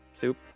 Soup